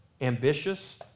ambitious